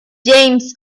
james